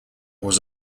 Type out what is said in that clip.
was